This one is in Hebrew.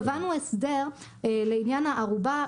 קבענו הסדר לעניין הערובה,